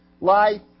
life